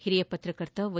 ಓರಿಯ ಪತ್ರಕರ್ತ ವೈ